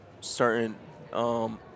certain